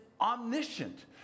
omniscient